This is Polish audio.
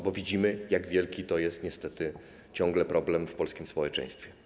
Bo widzimy, jak wielki to jest niestety ciągle problem w polskim społeczeństwie.